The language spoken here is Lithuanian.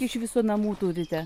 iš viso namų turite